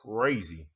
crazy